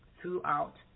throughout